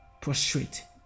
prostrate